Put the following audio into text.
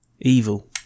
Evil